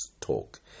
talk